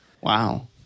Wow